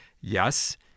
Yes